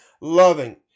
loving